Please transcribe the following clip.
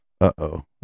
Uh-oh